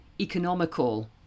economical